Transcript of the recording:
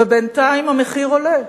ובינתיים המחיר עולה.